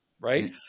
right